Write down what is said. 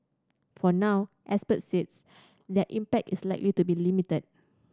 for now experts says their impact is likely to be limited